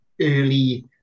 early